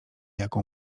jaką